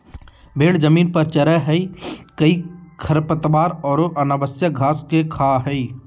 भेड़ जमीन पर चरैय हइ कई खरपतवार औरो अनावश्यक घास के खा हइ